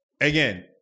Again